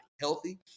healthy